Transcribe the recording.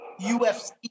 UFC